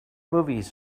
movies